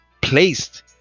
placed